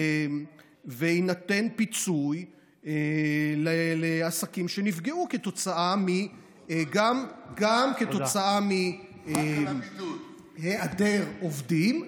ויינתן פיצוי לעסקים שנפגעו גם כתוצאה מהיעדר עובדים,